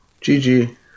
Gg